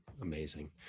Amazing